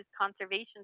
Conservation